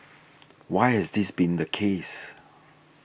why has this been the case